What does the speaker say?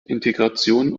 integration